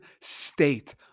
State